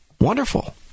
Wonderful